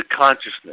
consciousness